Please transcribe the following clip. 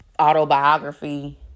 autobiography